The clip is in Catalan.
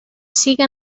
siga